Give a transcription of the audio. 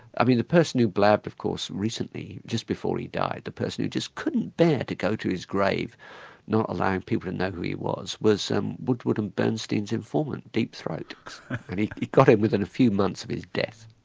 i mean the person who blabbed of course recently, just before he died, the person who just couldn't bear to go to his grave not allowing people to know who he was, was um woodward and bernstein's informant deep throat. and he got in within a few months of his death.